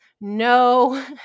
no